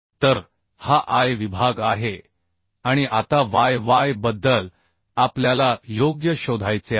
तर हा I विभाग आहे आणि आता y y बद्दल आपल्याला योग्य शोधायचे आहे